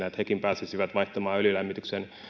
että hekin pääsisivät vaihtamaan öljylämmityksen